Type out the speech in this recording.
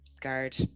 guard